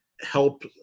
help